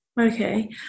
Okay